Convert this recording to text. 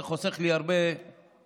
זה חוסך לי הרבה שעות,